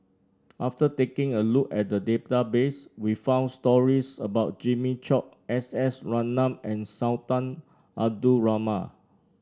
after taking a look at the database we found stories about Jimmy Chok S S Ratnam and Sultan Abdul Rahman